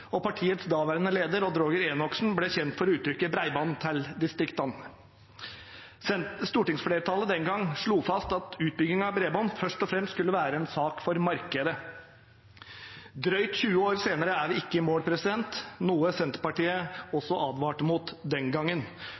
og partiets daværende leder, Odd Roger Enoksen, ble kjent for uttrykket «breiband til distrikta». Stortingsflertallet den gangen slo fast at utbygging av bredbånd først og fremst skulle være en sak for markedet. Drøyt 20 år senere er vi ikke i mål, noe Senterpartiet også advarte mot den gangen.